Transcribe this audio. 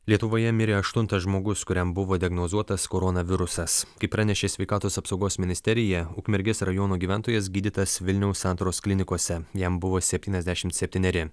lietuvoje mirė aštuntas žmogus kuriam buvo diagnozuotas koronavirusas kaip pranešė sveikatos apsaugos ministerija ukmergės rajono gyventojas gydytas vilniaus santaros klinikose jam buvo septyniasdešimt septyneri